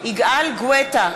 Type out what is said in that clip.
יגאל גואטה,